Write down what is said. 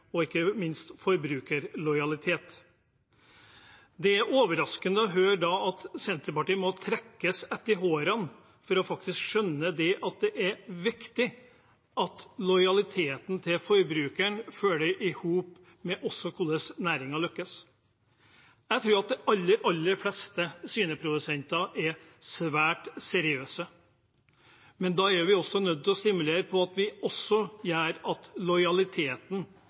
og ikke minst forbrukerlojalitet. Da er det overraskende å høre at Senterpartiet må trekkes etter hårene for faktisk å skjønne at det er viktig at forbrukerens lojalitet henger i hop med hvordan næringen lykkes. Jeg tror de aller fleste svineprodusenter er svært seriøse, men da er vi også nødt til å stimulere på en måte som gjør at lojaliteten